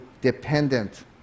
dependent